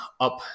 up